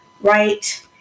right